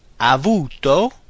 avuto